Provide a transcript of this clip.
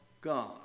God